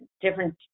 different